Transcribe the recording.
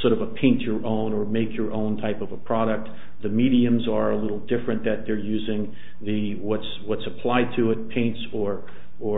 sort of a paint your own or make your own type of a product the mediums are a little different that they're using the what's what's applied to it paints four or